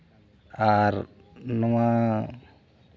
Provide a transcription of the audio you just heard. ᱟᱨ ᱱᱚᱣᱟ